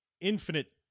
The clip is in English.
infinite